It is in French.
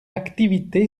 activité